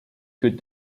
could